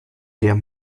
der